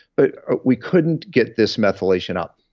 but we couldn't get this methylation up.